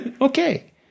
okay